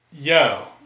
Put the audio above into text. Yo